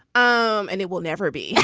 um and it will never be